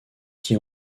qui